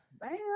Bam